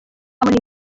abona